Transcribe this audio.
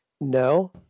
No